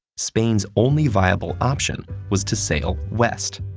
spain's only viable option was to sail west.